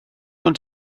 ond